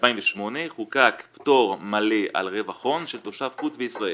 ב-2008 חוקק פטור מלא על רווח הון של תושב חוץ בישראל.